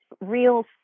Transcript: real